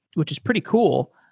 which is pretty cool.